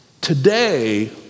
today